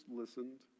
listened